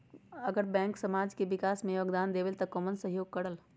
अगर बैंक समाज के विकास मे योगदान देबले त कबन सहयोग करल?